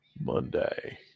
Monday